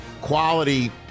quality